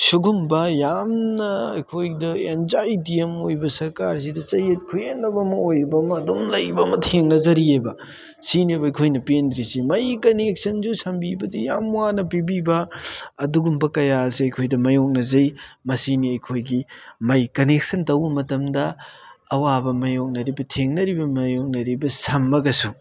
ꯁꯤꯒꯨꯝꯕ ꯌꯥꯝꯅ ꯑꯩꯈꯣꯏꯗ ꯑꯦꯟꯖꯥꯏꯇꯤ ꯑꯃ ꯑꯣꯏꯕ ꯁꯔꯀꯥꯔꯁꯤꯗ ꯆꯌꯦꯠ ꯈꯣꯏꯌꯦꯠꯅꯕ ꯑꯃ ꯑꯣꯏꯕ ꯑꯃ ꯑꯗꯨꯝ ꯂꯩꯕ ꯑꯃ ꯊꯦꯡꯅꯖꯔꯤꯑꯕ ꯁꯤꯅꯦꯕ ꯑꯩꯈꯣꯏꯅ ꯄꯦꯟꯗ꯭ꯔꯤꯁꯤ ꯃꯩ ꯀꯅꯦꯛꯁꯟꯁꯨ ꯁꯝꯕꯤꯕꯗꯤ ꯌꯥꯝ ꯋꯥꯅ ꯄꯤꯕꯤꯕ ꯑꯗꯨꯒꯨꯝꯕ ꯀꯌꯥ ꯑꯁꯦ ꯑꯩꯈꯣꯏꯗ ꯃꯥꯏꯌꯣꯛꯅꯖꯩ ꯃꯁꯤꯅꯤ ꯑꯩꯈꯣꯏꯒꯤ ꯃꯩ ꯀꯅꯦꯛꯁꯟ ꯇꯧꯕ ꯃꯇꯝꯗ ꯑꯋꯥꯕ ꯃꯥꯏꯌꯣꯛꯅꯔꯤꯕ ꯊꯦꯡꯅꯔꯤꯕ ꯃꯥꯏꯌꯣꯛꯅꯔꯤꯕ ꯁꯝꯃꯒꯁꯨ